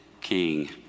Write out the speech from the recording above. King